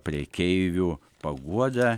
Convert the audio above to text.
prekeivių paguoda